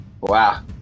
Wow